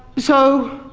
so,